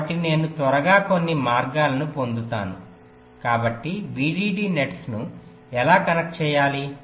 కాబట్టి నేను త్వరగా కొన్ని మార్గాలను పొందుతాను కాబట్టి VDD నెట్స్ను ఎలా కనెక్ట్ చేయాలి